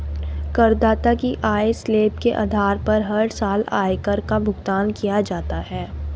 करदाता की आय स्लैब के आधार पर हर साल आयकर का भुगतान किया जाता है